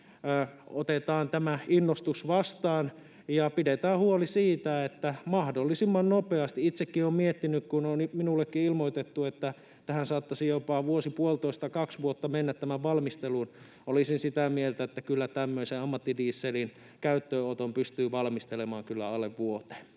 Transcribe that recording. Otetaan tämä innostus vastaan, ja pidetään huoli, että mahdollisimman nopeasti. Minullekin on ilmoitettu, että saattaisi jopa vuosi, puolitoista, kaksi vuotta mennä tämän valmisteluun, ja itsekin olen miettinyt, että olisin sitä mieltä, että kyllä tämmöisen ammattidieselin käyttöönoton pystyy valmistelemaan alle vuoteen.